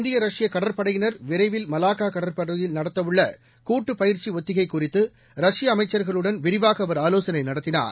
இந்திய ரஷ்ய கடற்படையினர் விரைவில் மவாக்கா கடற்பகுதியில் நடத்தவுள்ள கூட்டு பயிற்சி ஒத்திகை குறித்து ரஷ்ப அமைச்சர்களுடன் விரிவாக அவர் ஆலோசனை நடத்தினார்